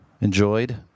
enjoyed